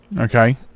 Okay